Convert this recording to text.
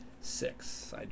Six